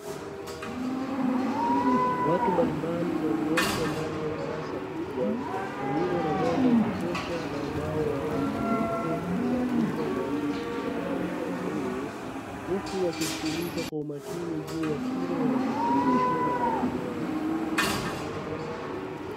Watu mbalimbali walioko ndani ya darasa kubwa lililo na mwanga kutosha na ubao wa rangi nyeupe ulioandika maandishi ya rangi bluu. Huku wakisikiliza kwa umakini juu ya kile wanafundishwa na mwalimu wao.